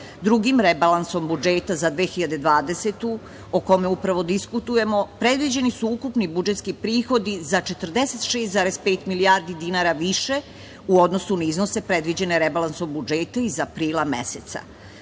Drugim rebalansom budžeta za 2020. godinu, o kome upravo diskutujemo, predviđeni su ukupni budžetski prihodi za 46,5 milijardi dinara više u odnosu na iznose predviđene rebalansom budžeta iz aprila meseca.